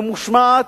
ממושמעת.